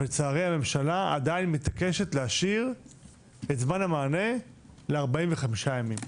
לצערי הממשלה עדיין מתעקשת להשאיר את זמן המענה ל-45 ימים.